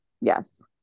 yes